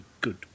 good